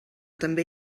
també